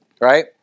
Right